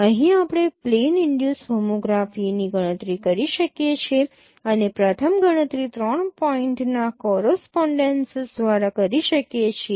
અહીં આપણે plane induce હોમોગ્રાફીની ગણતરી કરી શકીએ છીએ અને પ્રથમ ગણતરી 3 પોઈન્ટના કોરસપોનડેન્સીસ દ્વારા કરી શકીએ છીએ